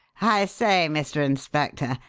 i say, mr. inspector,